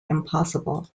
impossible